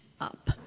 up